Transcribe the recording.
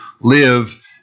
live